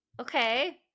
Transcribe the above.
okay